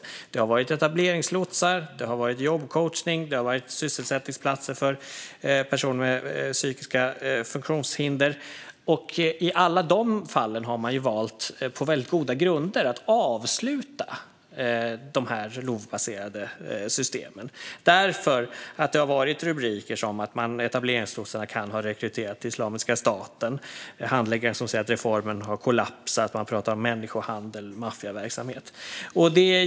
Det har gällt etableringslotsar, jobbcoachning och sysselsättningsplatser för personer med psykiska funktionshinder. I alla de fallen har man dessvärre på väldigt goda grunder valt att avsluta dessa LOV-baserade system. Anledningen är att det kommit rubriker till exempel om att etableringslotsarna kan ha rekryterat till Islamiska staten och att handläggare säger att reformen kollapsat. Man har pratat om människohandel och maffiaverksamhet.